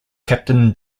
captain